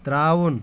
ترٚاوُن